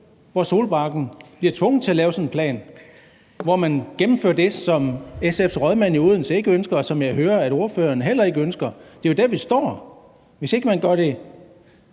hvor Solbakken bliver tvunget til at lave sådan en plan, altså hvor man gennemfører det, som SF's rådmand i Odense ikke ønsker, og som jeg hører at ordføreren heller ikke ønsker. Det er jo der, vi står, hvis man ikke